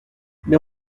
mais